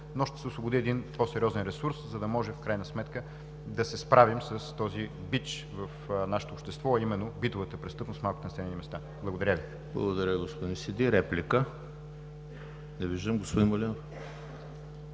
но ще се освободи един по-сериозен ресурс, за да може в крайна сметка да се справим с този бич в нашето общество, а именно битовата престъпност в малките населени места. Благодаря Ви. ПРЕДСЕДАТЕЛ ЕМИЛ ХРИСТОВ: Благодаря, господин Сиди. Реплика? Не виждам. Господин Малинов,